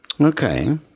Okay